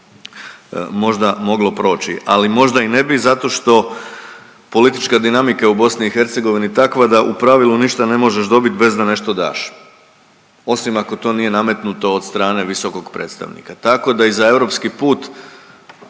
možda moglo proći. Ali možda i ne bi zato što politička dinamika u BiH je takva da u pravilu ništa ne možeš dobit bez da nešto daš, osim ako to nije nametnuto od strane visokog predstavnika, tako da i za europski put